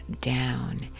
down